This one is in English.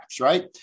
right